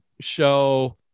show